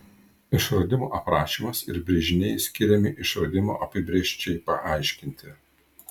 išradimo aprašymas ir brėžiniai skiriami išradimo apibrėžčiai paaiškinti